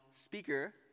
speaker